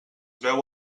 veu